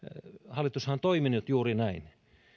hallitushan on toiminut juuri näin